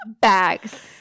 bags